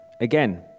Again